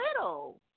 little